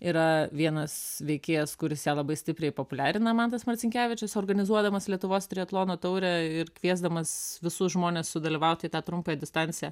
yra vienas veikėjas kuris ją labai stipriai populiarina mantas marcinkevičius organizuodamas lietuvos triatlono taurę ir kviesdamas visus žmones sudalyvauti į tą trumpąją distanciją